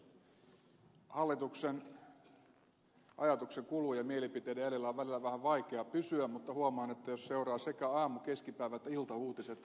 hallituksen ajatuksenkulun ja mielipiteiden edellä on välillä vähän vaikea pysyä mutta huomaan että jos seuraa sekä aamu keskipäivä että iltauutiset tämä on mahdollista